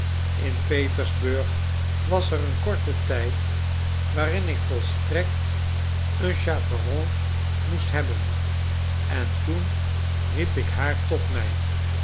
in petersburg was er een korte tijd waarin ik volstrekt un chaperon moest hebben en toen riep ik haar tot mij